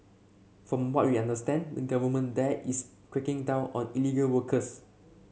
from what we understand the government there is cracking down on illegal workers